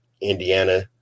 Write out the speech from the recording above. Indiana